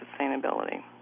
sustainability